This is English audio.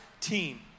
team